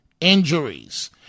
injuries